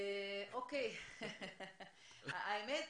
האמת,